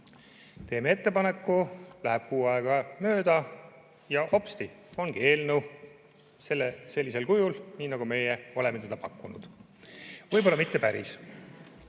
Teeme ettepaneku, läheb kuu aega mööda ja hopsti! ongi eelnõu sellisel kujul, nagu meie oleme seda pakkunud, olemas. Võib-olla mitte päris